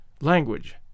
language